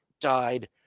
died